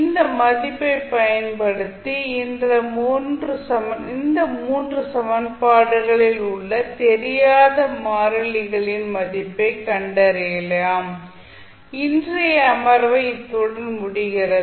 இந்த மதிப்பைப் பயன்படுத்தி இந்த மூன்று சமன்பாடுகளில் உள்ள தெரியாத மாறிலிகளின் மதிப்பைக் கண்டறியலாம் இன்றைய அமர்வை இத்துடன் முடிகிறது